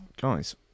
guys